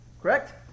correct